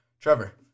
Trevor